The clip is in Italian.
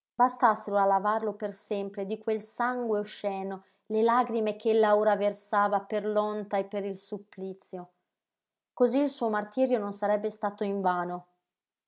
bastassero a lavarlo per sempre di quel sangue osceno le lagrime ch'ella ora versava per l'onta e per il supplizio cosí il suo martirio non sarebbe stato invano